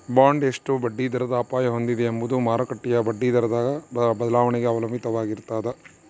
bond ಎಷ್ಟು ಬಡ್ಡಿದರದ ಅಪಾಯ ಹೊಂದಿದೆ ಎಂಬುದು ಮಾರುಕಟ್ಟೆಯ ಬಡ್ಡಿದರದ ಬದಲಾವಣೆಗೆ ಅವಲಂಬಿತವಾಗಿರ್ತದ